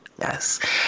Yes